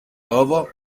lobo